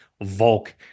Volk